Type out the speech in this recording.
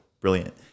brilliant